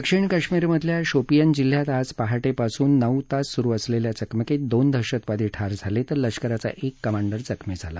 दक्षिण काश्मीरमधल्या शोपीअन जिल्ह्यात आज पहा पासून नऊ तास सुरु असलेल्या चकमकीत दोन दहशतवादी ठार झाले तर लष्कराचा एक कमांडर जखमी झाला